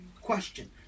Question